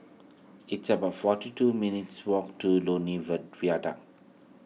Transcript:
it's about forty two minutes' walk to Lornie Viaduct